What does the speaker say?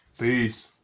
Peace